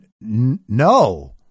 no